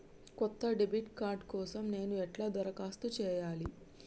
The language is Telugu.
కొత్త డెబిట్ కార్డ్ కోసం నేను ఎట్లా దరఖాస్తు చేయాలి?